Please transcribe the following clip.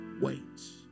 waits